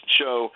show